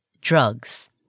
drugs